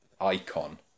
icon